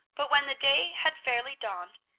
but when the day had fairly dawned,